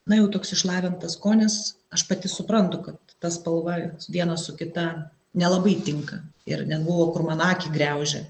na jau toks išlavintas skonis aš pati suprantu kad ta spalva viena su kita nelabai tinka ir net buvo kur man akį griaužė